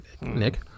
Nick